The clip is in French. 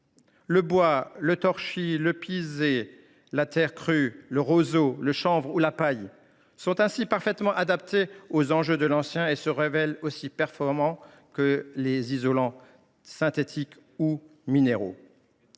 Le bois, le torchis, le pisé, la terre crue, le roseau, le chanvre ou encore la paille sont ainsi parfaitement adaptés aux enjeux du bâti ancien. Ces matériaux se révèlent aussi performants que les isolants synthétiques ou minéraux.